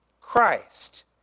Christ